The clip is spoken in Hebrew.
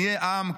שנהיה עם,